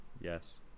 Yes